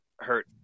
hurt